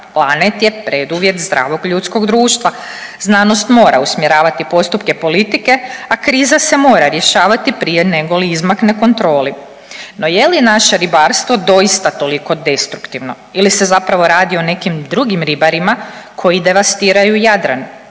planet je preduvjet zdravog ljudskog društva. Znanost mora usmjeravati postupke politike, a kriza se mora rješavati prije negoli izmakne kontroli. No, je li naše ribarstvo doista toliko destruktivno ili se zapravo radi o nekim drugim ribarima koji devastiraju Jadran,